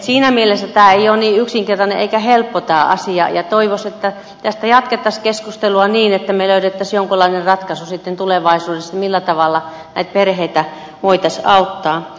siinä mielessä tämä asia ei ole niin yksinkertainen eikä helppo ja toivoisi että tästä jatkettaisiin keskustelua niin että me löytäisimme jonkunlaisen ratkaisun sitten tulevaisuudessa millä tavalla näitä perheitä voitaisiin auttaa